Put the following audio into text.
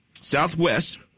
southwest